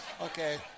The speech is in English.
okay